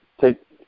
take